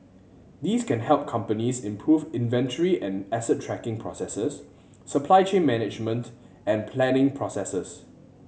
these can help companies improve inventory and asset tracking processes supply chain management and planning processes